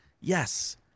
Yes